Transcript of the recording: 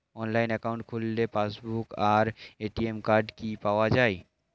Online account খুললে passbook আর ATM card কি পাওয়া যায়?